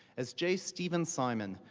as j. stephen simon,